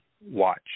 watch